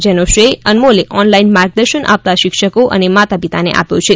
જેનો શ્રેય અનમોલે ઓનલાઇન માર્ગદર્શન આપતા શિક્ષકો અને માતાપિતાને આપ્યો છે